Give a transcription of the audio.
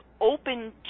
open